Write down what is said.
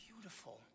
beautiful